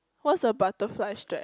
what's a butterfly strap